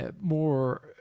more